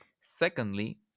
secondly